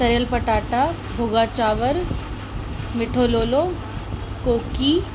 तरियल पटाटा भुॻा चांवर मिठो लोलो कोकी